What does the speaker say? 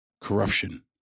corruption